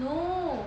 no